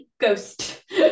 ghost